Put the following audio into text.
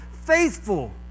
faithful